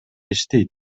иштейт